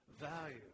value